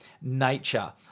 nature